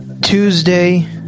Tuesday